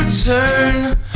Turn